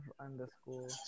underscore